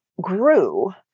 grew